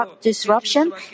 disruption